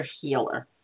healer